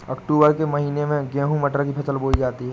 अक्टूबर के महीना में गेहूँ मटर की फसल बोई जाती है